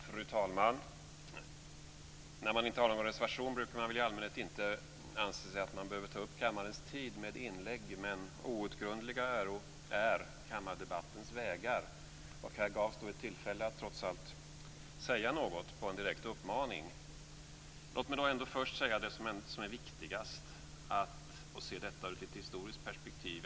Fru talman! När man inte har någon reservation brukar man i allmänhet inte anse att man behöver ta upp kammarens tid med inlägg, men outgrundliga är kammardebattens vägar. Och här gavs det ett tillfälle att trots allt säga något på en direkt uppmaning. Låt mig först säga det som är viktigast och se detta ur ett historiskt perspektiv.